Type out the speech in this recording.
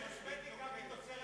קוסמטיקה מתוצרת,